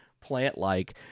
Plant-like